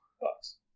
Bucks